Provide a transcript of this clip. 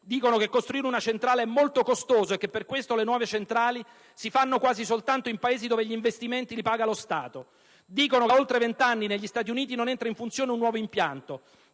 Dicono che costruire una centrale è molto costoso e che per questo le nuove centrali si fanno quasi soltanto in Paesi dove gli investimenti li paga lo Stato. Dicono che da oltre vent'anni negli Stati Uniti non entra in funzione un nuovo impianto.